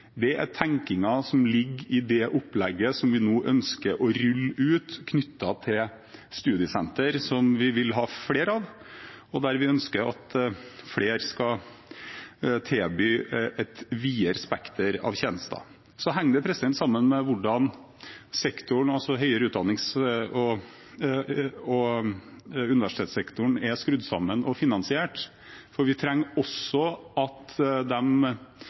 Det er tenkningen som ligger bak i det opplegget vi nå ønsker å rulle ut knyttet til studiesenter, som vi vil ha flere av, og der vi ønsker at flere skal tilby et videre spekter av tjenester. Så henger det sammen med hvordan høyere utdannings- og universitetssektoren er skrudd sammen og finansiert, for vi trenger også at